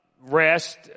rest